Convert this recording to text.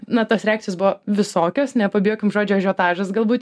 na tos reakcijos buvo visokios nepabijokim žodžio ažiotažas galbūt